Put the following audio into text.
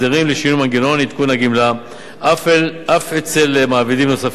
לשינוי מנגנון עדכון הגמלה אף אצל מעבידים נוספים.